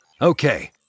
Okay